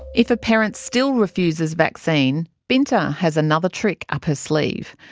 if a parent still refuses vaccine, binta has another trick up her sleeve.